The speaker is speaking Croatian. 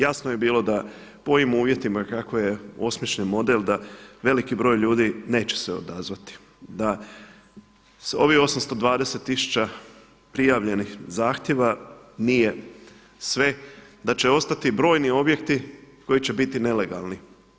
Jasno je bio da po ovim uvjetima kako je osmišljen model da veliki broj ljudi neće se odazvati, da ovih 820 tisuća prijavljenih zahtjeva nije sve, da će ostati brojni objekti koji će biti nelegalni.